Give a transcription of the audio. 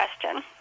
question